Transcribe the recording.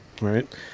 Right